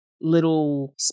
little